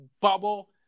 bubble